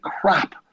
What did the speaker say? crap